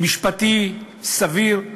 משפטי סביר.